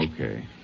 Okay